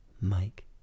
Mike